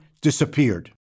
disappeared